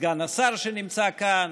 סגן השר שנמצא כאן,